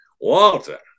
Walter